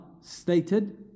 stated